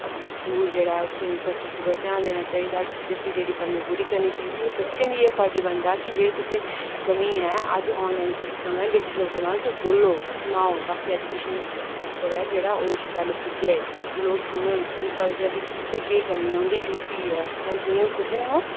school जेह्ड़ा ऐ उसगी इंफ्रास्टक्चर पर ध्यान देना चाहिदा ते टीचर दी जेह्ड़ी कमीं ओह् पूरी करनी चाहिदी ते बच्चें दा बी एह् फर्ज बनदा कि एह् कमीं ऐ अज्ज ऑनलाइन सिस्टम ऐ बोलो सनाओ ताकि अज्ज एजूकेशन सिस्टम सैक्टर ऐ जेह्ड़ा ओह्दे कश गल्ल पुज्जे लोक सुनन ते उ'नें गी पता चलै कि उत्थै केह् कमीं ऐ उं'दी डयूटी ऐ जि'यां बी पुज्जङन ओह्